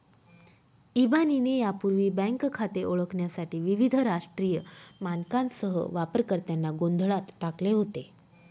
इबानीने यापूर्वी बँक खाते ओळखण्यासाठी विविध राष्ट्रीय मानकांसह वापरकर्त्यांना गोंधळात टाकले होते